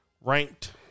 Ranked